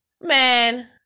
man